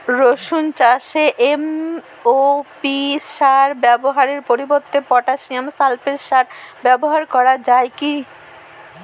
রসুন চাষে এম.ও.পি সার ব্যবহারের পরিবর্তে পটাসিয়াম সালফেট সার ব্যাবহার করা যায় কি?